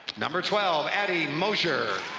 number twelve, addy mosier.